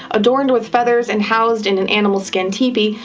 adorned with feathers and housed in an animal skin teepee,